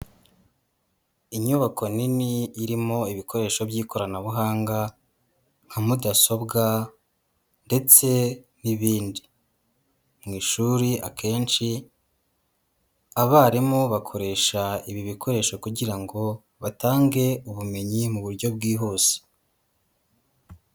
Inyubako nini irimo ibikoresho by'ikoranabuhanga, nka mudasobwa, ndetse n'ibindi. Mu ishuri akenshi, abarimu bakoresha ibi bikoresho kugira ngo batange ubumenyi mu buryo bwihuse.